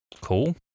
Cool